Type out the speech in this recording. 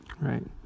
Right